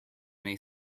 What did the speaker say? may